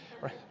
Right